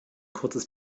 kurzes